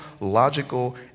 logical